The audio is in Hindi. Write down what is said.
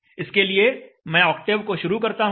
इसके लिए मैं ऑक्टेव को शुरू करता हूं